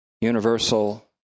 universal